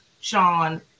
Sean